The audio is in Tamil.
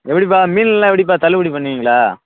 எப்படிப்பா மீன்லாம் எப்படிப்பா தள்ளுபடி பண்ணுவிங்களா